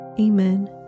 Amen